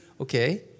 Okay